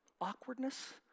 awkwardness